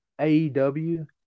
AEW